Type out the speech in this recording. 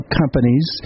companies